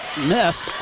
missed